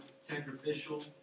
sacrificial